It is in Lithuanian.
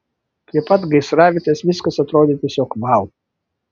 prie pat gaisravietės viskas atrodė tiesiog vau